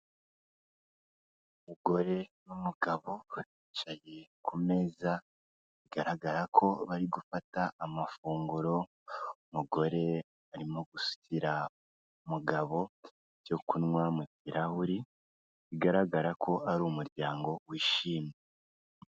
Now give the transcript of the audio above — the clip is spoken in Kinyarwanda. Umugore n'umugabo baricaye ku meza bigaragara ko bari gufata amafunguro, umugore arimo gusukira umugabo ibyo kunywa mu kirahuri bigaragara ko ari umuryango wishimye.